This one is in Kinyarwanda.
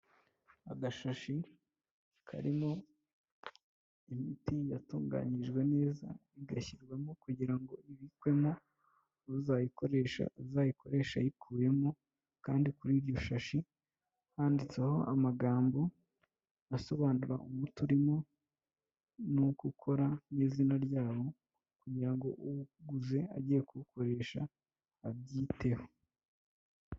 Agashashi karimo imiti yatunganyijwe neza igashyirwamo kugira ngo ibikwemo uzayikoresha azayikoreshe ayikuyemo kandi kuri iyo shashi handitseho amagambo asobanura umuti urimo n'uko ukora n'izina ryawo kugira ngo uwuguze agiye kuwukoresha abyiteho.